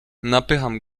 napycham